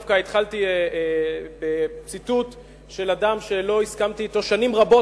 דווקא התחלתי בציטוט של אדם שלא הסכמתי אתו שנים רבות,